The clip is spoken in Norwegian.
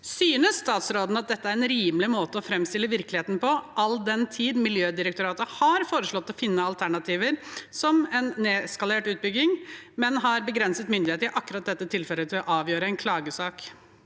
Synes statsråden at dette er en rimelig måte å framstille virkeligheten på, all den tid Miljødirektoratet har foreslått å finne alternativer som en nedskalert utbygging, men har begrenset myndighet i akkurat dette tilfellet til å avgjøre en klagesak?